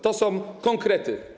To są konkrety.